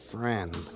friend